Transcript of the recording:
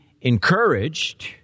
encouraged